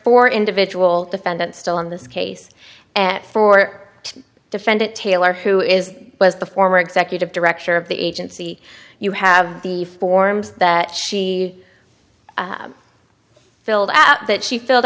four individual defendants still on this case at four defendant taylor who is was the former executive director of the agency you have the forms that she filled out that she filled